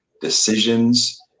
decisions